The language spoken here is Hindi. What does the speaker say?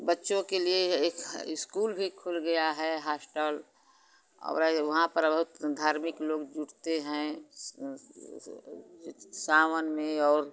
बच्चों के लिए एक इस्कूल भी खुल गया है हास्टल और वहाँ पर बहुत धार्मिक लोग जुटते हैं सावन में और